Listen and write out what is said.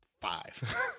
five